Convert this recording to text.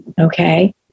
okay